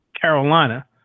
Carolina